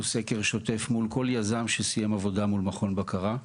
מול כל יזם שסיים עבודה מול מכון בקרה.